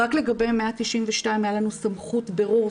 רק לגבי 192 הייתה לנו סמכות בירור,